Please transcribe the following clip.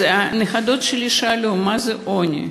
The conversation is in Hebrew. הנכדות שלי שאלו: מה זה עוני?